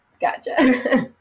Gotcha